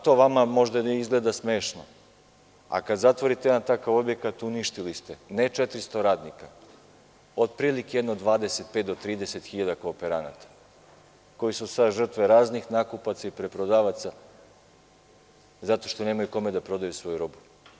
To vama možda izgleda smešno, ali kada zatvorite jedan takav objekat uništili ste, ne samo 400 radnika, već otprilike negde oko 25 do 30 hiljada kooperanata koji su sada žrtve raznih nakupaca i preprodavaca zato što nemaju kome da prodaju svoju robu.